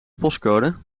postcode